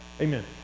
Amen